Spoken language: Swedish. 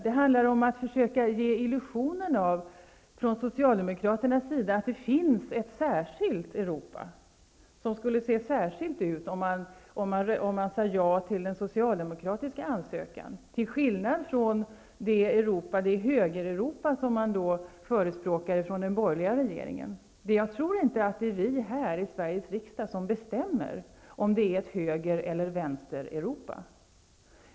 Det handlar om Stt socialdemokraterna vill försöka ge illusionen av att det finns ett särskilt Europa, som skulle vara på ett annat sätt om man sade ja till den socialdemokratiska ansökan, till skillnad från det höger-Europa som förespråkas från den borgerliga regeringen. Men jag tror inte det är vi i Sveriges riksdag som bestämmer om det blir ett höger eller vänster-Europa.